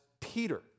Peter